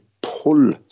pull